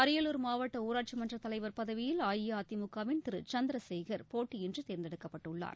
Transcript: அரியலூர் மாவட்ட ஊராட்சி மன்றத் தலைவர் பதவியில் அஇஅதிமுகவின் திரு சந்திரசேகர் போட்டியின்றி தேர்ந்தெடுக்கப்பட்டுள்ளார்